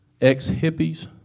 ex-hippies